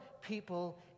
people